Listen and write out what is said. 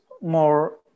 more